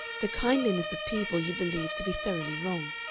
the kindliness of people you believe to be thoroughly wrong.